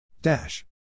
Dash